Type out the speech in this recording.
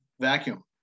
vacuum